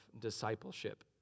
discipleship